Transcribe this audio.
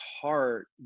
heart